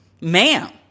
ma'am